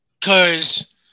Cause